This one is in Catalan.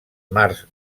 mars